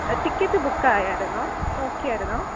ticket book ആയായിരുന്നോ നോക്കിയായിരുന്നോ